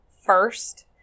first